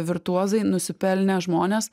virtuozai nusipelnę žmonės